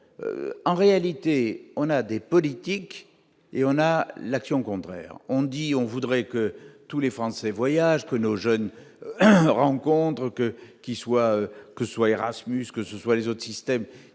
en réalité, on a des politiques et on a l'action contraire on dit on voudrait que tous les Français voyagent peu nos jeunes rencontrent que qu'soit que soit Erasmus, que ce soit les autres systèmes